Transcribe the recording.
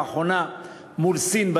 לאחרונה מול סין,